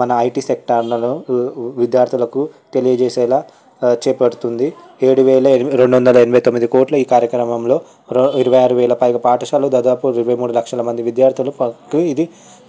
మన ఐటీ సెక్టర్లలో విద్యార్థులకు తెలియచేసేలా చేపడుతుంది ఏడు వేల రెండు వందల ఎనిమిది తొమ్మిది కోట్లు ఈ కార్యక్రమంలో ఇరవై ఆరు వేల పైగా పాఠశాలలు దాదాపు ఇరువై మూడు లక్షల మంది విద్యార్థులకి ఇది